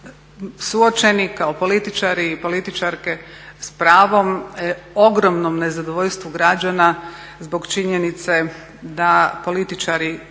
suočeni kao političari i političarke s pravom ogromnom nezadovoljstvu građana zbog činjenice da političari